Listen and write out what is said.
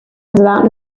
about